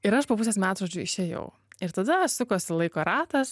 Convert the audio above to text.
ir aš po pusės metų žodžiu išėjau ir tada sukosi laiko ratas